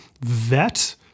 vet